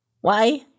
Why